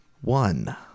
one